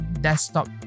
desktop